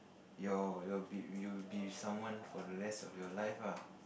your your be you be someone for the rest of your life lah